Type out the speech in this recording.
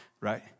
right